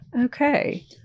okay